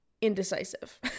indecisive